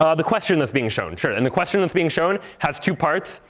um the question that's being shown. sure. and the question that's being shown has two parts.